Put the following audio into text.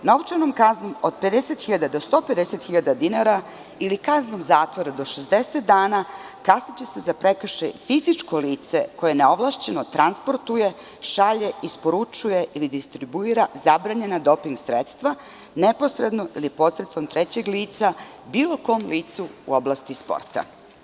Novčanom kaznom od 50.000 do 150.000 dinara ili kaznom zatvora do 60 dana kazniće se za prekršaj fizičko lice koje ne ovlašćeno transportuje, šalje, isporučuje ili distribuira zabranjena doping sredstva neposredno ili posredstvom trećeg lica bilo kom licu u oblasti sporta.